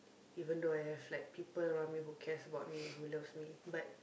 even though I have like people around me that cares for me that loves me but